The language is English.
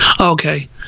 Okay